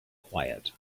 quiet